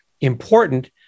important